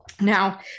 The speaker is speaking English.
Now